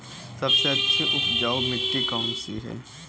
सबसे अच्छी उपजाऊ मिट्टी कौन सी है?